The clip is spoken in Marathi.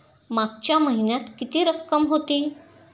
मागच्या महिन्यात किती रक्कम होती?